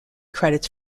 credits